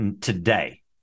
today